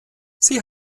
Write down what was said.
sie